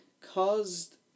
caused